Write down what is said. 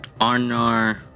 Arnar